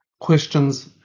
Questions